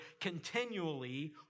continually